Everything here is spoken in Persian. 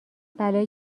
بلایی